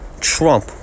Trump